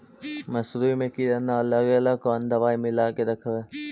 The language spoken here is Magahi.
मसुरी मे किड़ा न लगे ल कोन दवाई मिला के रखबई?